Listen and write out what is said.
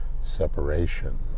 separation